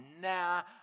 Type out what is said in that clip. nah